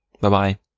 Bye-bye